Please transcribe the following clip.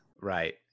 Right